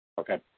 Okay